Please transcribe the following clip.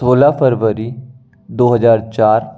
सोलह फरवरी दो हज़ार चार